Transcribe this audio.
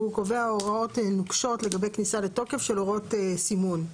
הוא קובע הוראות נוקשות לגבי כניסה לתוקף של הוראות סימון.